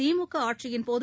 திமுக ஆட்சியின்போது